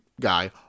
guy